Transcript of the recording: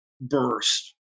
burst